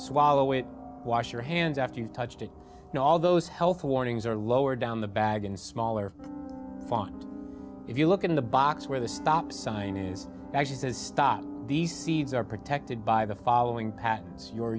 swallow it wash your hands after you've touched it and all those health warnings are lower down the bag in smaller if you look in the box where the stop sign is actually says stop these seeds are protected by the following patents you